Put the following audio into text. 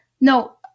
No